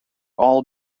all